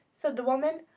said the woman,